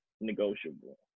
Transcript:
negotiable